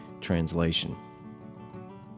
Translation